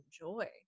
enjoy